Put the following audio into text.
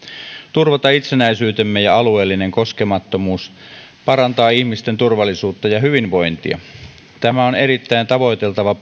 turvata itsenäisyytemme ja alueellinen koskemattomuus sekä parantaa ihmisten turvallisuutta ja hyvinvointia nämä ovat erittäin tavoiteltavia